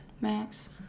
Max